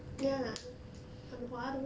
ya 很划 lor